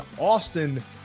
Austin